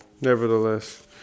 Nevertheless